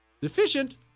deficient